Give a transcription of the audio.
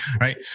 Right